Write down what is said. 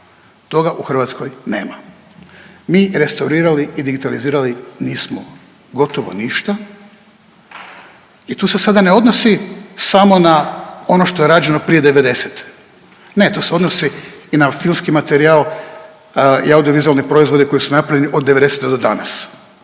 Toga u Hrvatskoj nema, mi restaurirali i digitalizirali nismo gotovo ništa i tu se sada ne odnosi samo na ono što je rađeno prije '90.-te, ne, to se odnosi i na filmski materijal i audiovizualne proizvode koji su napravljeni od '90.-te do danas.